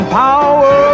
power